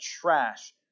trash